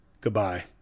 Goodbye